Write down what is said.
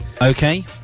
Okay